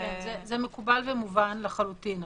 זה מקובל ומובן לחלוטין.